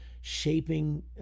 shaping